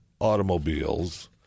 automobiles